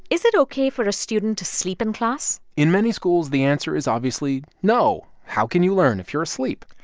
is it ok for a student to sleep in class? in many schools, the answer is obviously no. how can you learn if you're asleep?